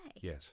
Yes